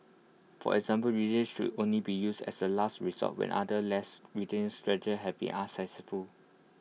for example restraints should only be used as A last resort when other less restrict strategies have been unsuccessful